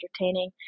entertaining